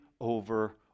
over